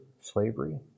slavery